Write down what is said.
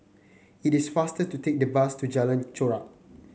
it is faster to take the bus to Jalan Chorak